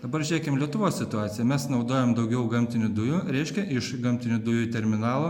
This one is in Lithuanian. dabar žiūrėkim lietuvos situaciją mes naudojam daugiau gamtinių dujų reiškia iš gamtinių dujų terminalo